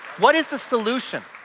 what is the solution?